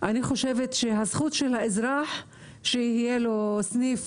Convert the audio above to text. אני חושבת שהזכות של האזרח היא שיהיה לו סניף